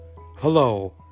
Hello